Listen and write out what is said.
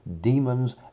demons